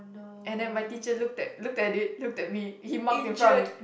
and then my teacher looked at looked at it looked at me he marked in front of me